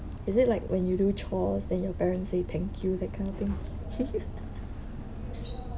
is it like when you do chores then your parents say thank you that kind of thing